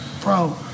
bro